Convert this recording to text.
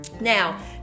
Now